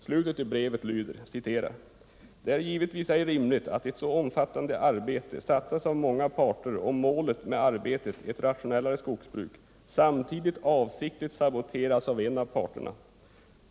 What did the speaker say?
Slutet på brevet lyder: ”Det är givetvis ej rimligt att ett så omfattande arbete satsas av många parter om målet med arbetet —ett rationellare skogsbruk — samtidigt avsiktligt saboteras av en av parterna.